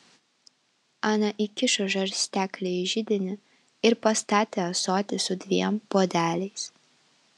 ana įkišo žarsteklį į židinį ir pastatė ąsotį su dviem puodeliais